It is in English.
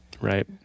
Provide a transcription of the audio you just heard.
right